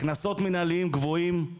קנסות מנהליים גבוהים,